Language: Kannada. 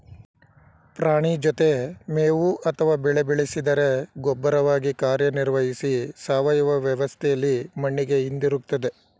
ಪ್ರಾಣಿ ಜೊತೆ ಮೇವು ಅಥವಾ ಬೆಳೆ ಬೆಳೆಸಿದರೆ ಗೊಬ್ಬರವಾಗಿ ಕಾರ್ಯನಿರ್ವಹಿಸಿ ಸಾವಯವ ವ್ಯವಸ್ಥೆಲಿ ಮಣ್ಣಿಗೆ ಹಿಂದಿರುಗ್ತದೆ